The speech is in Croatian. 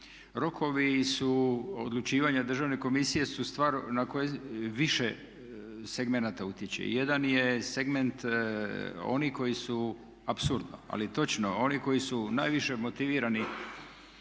rokovi su odlučivanje Državne komisije su stvar na koju više segmenata utječe. Jedan je segment oni koji su apsurdno, ali točno oni koji su najviše motivirani